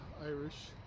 irish